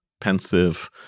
pensive